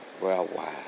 worldwide